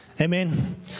Amen